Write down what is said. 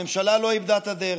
הממשלה לא איבדה את הדרך.